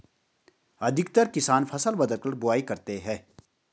अधिकतर किसान फसल बदलकर बुवाई करते है